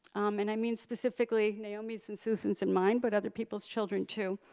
and i mean specifically naomi's and susan's and mine, but other people's children too.